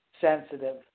sensitive